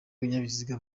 w’ibinyabiziga